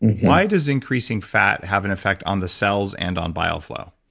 why does increasing fat have an effect on the cells and on bile flow?